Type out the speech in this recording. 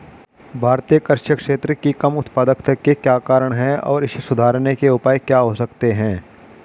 भारतीय कृषि क्षेत्र की कम उत्पादकता के क्या कारण हैं और इसे सुधारने के उपाय क्या हो सकते हैं?